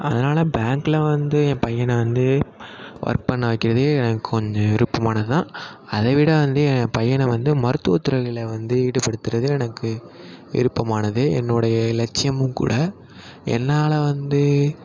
அதனால் பேங்க்கில் வந்து என் பையனை வந்து ஒர்க் பண்ண வைக்கிறது எனக்கு கொஞ்சம் விருப்பமானது தான் அதைவிட வந்து என் பையனை வந்து மருத்துவத்துறையில் வந்து ஈடுபடுத்துகிறது எனக்கு விருப்பமானது என்னுடைய லட்சியமும் கூட என்னால் வந்து